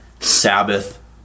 Sabbath